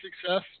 success